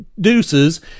Deuces